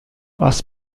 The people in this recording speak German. was